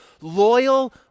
Loyal